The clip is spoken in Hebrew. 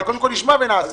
זה קודם כל נשמע ונעשה.